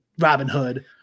Robinhood